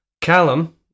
callum